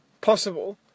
possible